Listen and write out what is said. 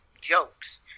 jokes